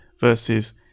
versus